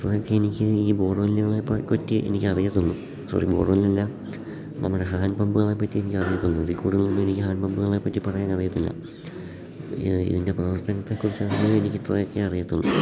ഇത്രയൊക്കെ എനിക്ക് ഈ ബോർവെല്ലുകളെ പറ്റി എനിക്കറിയത്തുള്ളു സോറി ബോർവെലല്ല നമ്മുടെ ഹാൻഡ് പമ്പുകളെപ്പറ്റി എനിക്കറിയത്തുള്ളു ഇതിൽ കൂടുതലൊന്നും എനിക്ക് ഹാൻഡ് പമ്പുകളെപ്പറ്റി പറയാൻ അറിയത്തില്ല ഇതിൻ്റെ പ്രവർത്തനത്തെ കുറിച്ചായാലും എനിക്കിത്രയൊക്കെ അറിയത്തുള്ളു